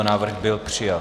Návrh byl přijat.